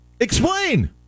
Explain